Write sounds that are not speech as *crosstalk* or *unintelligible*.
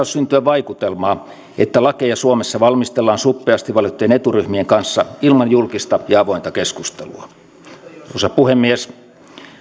*unintelligible* syntyä vaikutelmaa että lakeja suomessa valmistellaan suppeasti valittujen eturyhmien kanssa ilman julkista ja avointa keskustelua arvoisa puhemies